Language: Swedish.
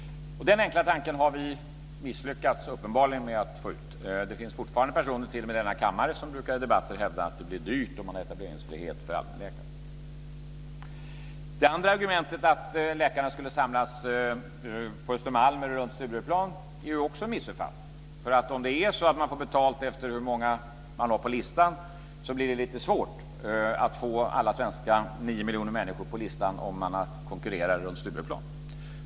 Den enkla tanken har vi uppenbarligen misslyckats med att få ut. Det finns fortfarande personer t.o.m. i denna kammare som i debatter brukar hävda att det blir dyrt om man har etableringsfrihet för allmänläkare. Det andra argumentet, att läkarna skulle samlas på Östermalm eller runt Stureplan, är också en missuppfattning. Om man får betalt efter hur många man har på listan, blir det lite svårt att få alla svenska nio miljoner människor på listan om man konkurrerar runt Stureplan.